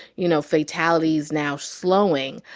you know, fatalities now slowing.